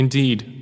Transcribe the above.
Indeed